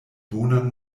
bonan